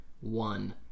one